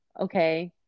okay